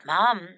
Mom